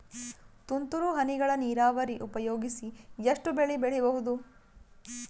ತುಂತುರು ಹನಿಗಳ ನೀರಾವರಿ ಉಪಯೋಗಿಸಿ ಎಷ್ಟು ಬೆಳಿ ಬೆಳಿಬಹುದು?